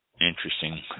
interesting